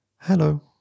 hello